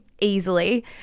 easily